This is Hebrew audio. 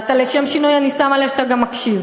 ולשם שינוי אני שמה לב שאתה גם מקשיב.